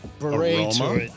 aroma